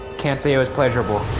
can't say it was pleasurable.